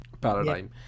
paradigm